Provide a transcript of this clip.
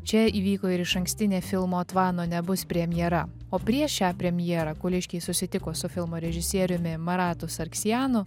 čia įvyko ir išankstinė filmo tvano nebus premjera o prieš šią premjerą kuliškiai susitiko su filmo režisieriumi maratu sarksjanu